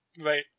Right